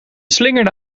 slingerde